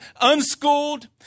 unschooled